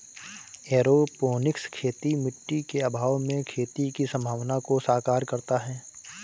aeroponics खेती मिट्टी के अभाव में खेती की संभावना को साकार करता है